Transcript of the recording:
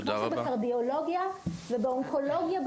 כמו שבקרדיולוגיה ואונקולוגיה,